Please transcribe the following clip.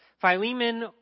Philemon